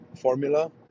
formula